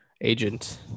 agent